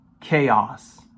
chaos